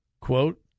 Quote